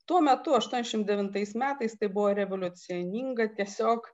tuo metu aštuoniasdešimt devintais metais tai buvo revoliucinga tiesiog